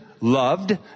loved